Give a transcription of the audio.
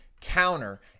counter